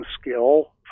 skill